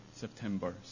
September